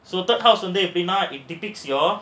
so third house வந்து எப்படின்னா:vandhu eppdinaa it depicts your